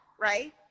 right